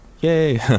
yay